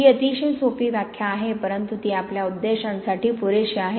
ही अतिशय सोपी व्याख्या आहे परंतु ती आपल्या उद्देशांसाठी पुरेशी आहे